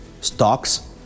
stocks